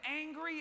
angry